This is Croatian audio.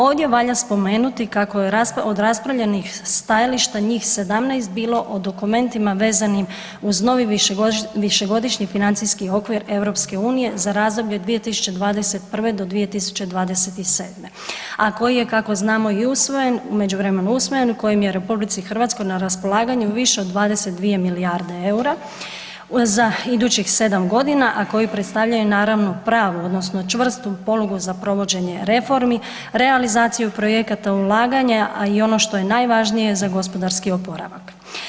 Ovdje valja spomenuti kako je od raspravljenih stajališta, njih 17 bilo o dokumentima vezanim uz novi višegodišnji financijski okvir EU-a za razdoblje 2021. do 2027. a koji je kako znamo i usvojen, u međuvremenu usvojen, kojim je RH na raspolaganju više od 22 milijarde eura za idućih 7 g. a koji predstavljaju naravnu, pravu odnosno čvrstu polugu za provođenje reformi, realizaciju projekata, ulaganja a i ono što je najvažnije, za gospodarski oporavak.